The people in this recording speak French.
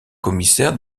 commissaire